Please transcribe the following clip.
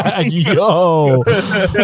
Yo